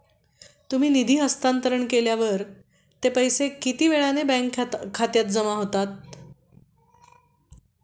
तुम्ही निधी हस्तांतरण केल्यावर ते पैसे किती वेळाने बँक खात्यात जमा होतील?